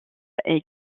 est